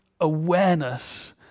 awareness